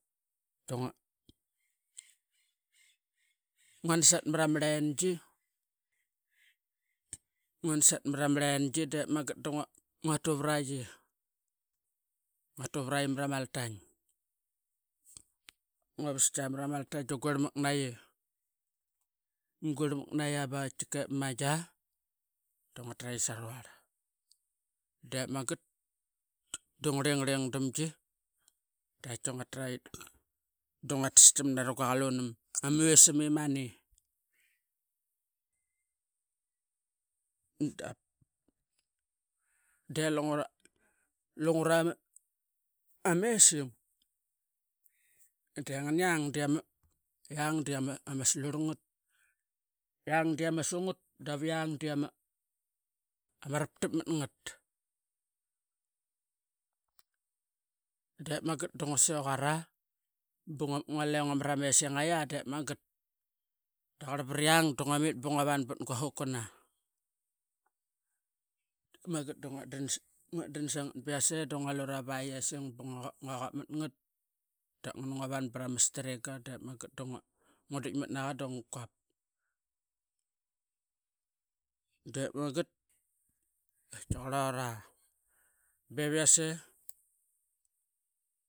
Dangua mit ba savat guasalang da ngua nasat marama rengi ngua nasat marama rengi dep magat da nguatu vara qi mra ma altaing ngua vaska mara maltainge da ngu quermak naqi ngu quermatna iya baqati kaip mamagi da ngua taraqi saru. Dangure rendamgi naqati ngua tra qi da ngua tatastamna ra guaqalunam ama visam i mani dap de lungura ama essing denganiong de ama slur ngat iang dia ma sungat daviang de ama raptap matngat. Dep magat da inguasiquat aa i ngualee ngumat ama essingia daqar variang de ngua mit ba ngua van bat gua hokana dep magat da ngua dan sangat iyasei da ngua quap ama viyesang matngat ngua quap matngat ngua van brama stringa da ngua ditmatnaqu da ngua quap matngat dep maget da qurora bevisuei ip ma company ii ya nan sangalut. Dep maget danaqaitki beviase.